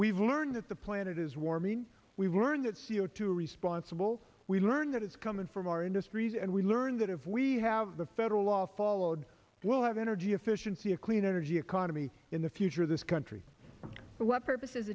we've learned that the planet is warming we've learned that c o two are responsible we learn that it's coming from our industries and we learn that if we have the federal law followed we'll have energy efficiency a clean energy economy in the future of this country but what purpose is